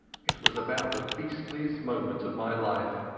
it was about the beastliest moment of my life,